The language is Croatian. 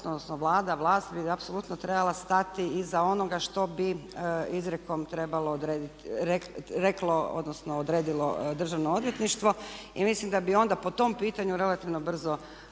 odnosno Vlada, vlast bi apsolutno trebala stati iza onoga što bi izrijekom trebalo odrediti, odnosno što je reklo tj. odredilo Državno odvjetništvo. I mislim da bi onda po tom pitanju relativno brzo